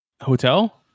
hotel